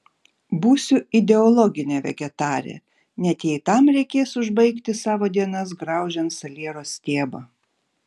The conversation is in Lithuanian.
būsiu ideologinė vegetarė net jei tam reikės užbaigti savo dienas graužiant saliero stiebą